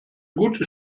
gute